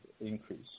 increase